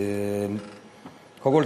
קודם כול,